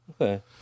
Okay